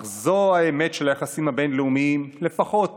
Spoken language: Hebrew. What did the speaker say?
אך זו האמת של היחסים הבין-לאומיים, לפחות